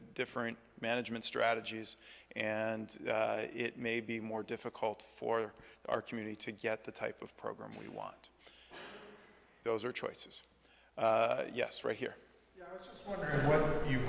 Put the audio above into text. different management strategies and it may be more difficult for our community to get the type of program we want those are choices yes right here you